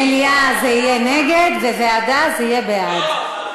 מליאה זה יהיה נגד, ועדה זה יהיה בעד.